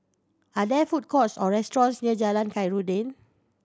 are there food courts or restaurants near Jalan Khairuddin